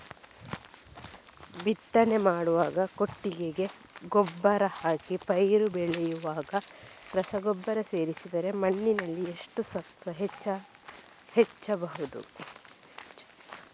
ಬಿತ್ತನೆ ಮಾಡುವಾಗ ಕೊಟ್ಟಿಗೆ ಗೊಬ್ಬರ ಹಾಕಿ ಪೈರು ಬೆಳೆಯುವಾಗ ರಸಗೊಬ್ಬರ ಸೇರಿಸಿದರೆ ಮಣ್ಣಿನಲ್ಲಿ ಎಷ್ಟು ಸತ್ವ ಹೆಚ್ಚಬಹುದು?